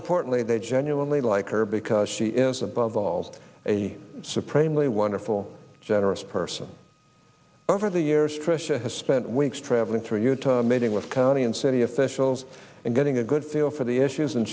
importantly they genuinely like her because she is above all a surprisingly wonderful generous person over the years trisha has spent weeks traveling through utah mading with county and city officials and getting a good feel for the issues